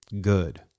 Good